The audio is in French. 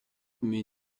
mais